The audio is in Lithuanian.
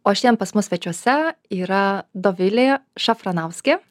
o šiandien pas mus svečiuose yra dovilė šafranauskė